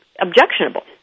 objectionable